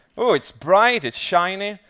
oh, it's bright, it's shiny.